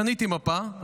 קניתי מפה,